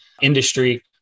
industry